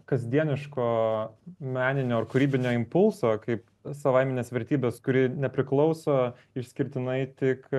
kasdieniško meninio ar kūrybinio impulso kaip savaiminės vertybės kuri nepriklauso išskirtinai tik